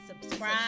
subscribe